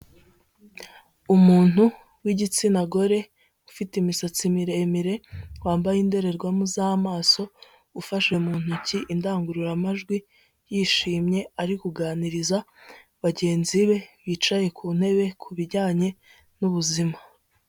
Umuntu w'igitsina gore ufite imisatsi miremire, wambaye indorerwamo z'amaso, ufashe mu ntoki indangururamajwi yishimye, ari kuganiriza bagenzi be bicaye ku ntebe ku bijyanye n'ubuzima.